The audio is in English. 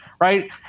right